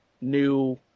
new –